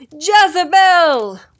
Jezebel